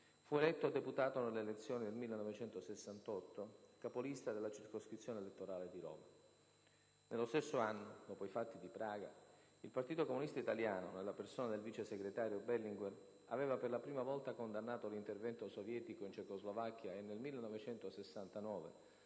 fu eletto deputato nelle elezioni del 1968, capolista della circoscrizione elettorale di Roma. Nello stesso anno, dopo i fatti di Praga, il Partito Comunista Italiano, nella persona del vice segretario Berlinguer, aveva per la prima volta condannato l'intervento sovietico in Cecoslovacchia e nel 1969,